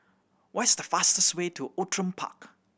what is the fastest way to Outram Park